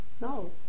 No